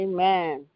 Amen